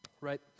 right